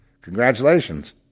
Congratulations